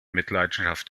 mitleidenschaft